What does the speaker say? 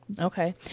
Okay